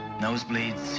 nosebleeds